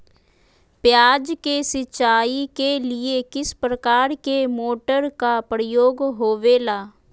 प्याज के सिंचाई के लिए किस प्रकार के मोटर का प्रयोग होवेला?